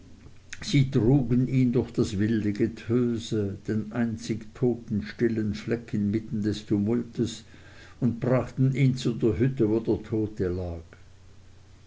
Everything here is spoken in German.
sie trugen ihn durch das wilde getöse den einzig totenstillen fleck inmitten des tumultes und brachten ihn zu der hütte wo der tote lag